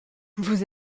vous